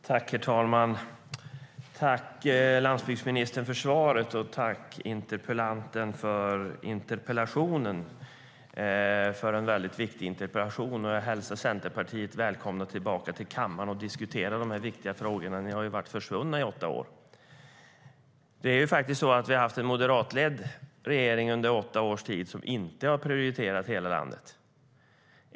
Herr talman! Tack, landsbygdsministern, för svaret och tack till interpellanten för en väldigt viktig interpellation. Jag hälsar Centerpartiet välkommet tillbaka till kammaren för att diskutera dessa viktiga frågor. Ni har ju varit försvunna i åtta år. Vi har haft en moderatledd regering under åtta års tid som inte har prioriterat hela landet.